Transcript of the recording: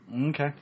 Okay